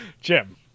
Jim